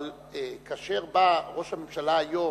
אבל כאשר בא ראש הממשלה היום,